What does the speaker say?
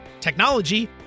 technology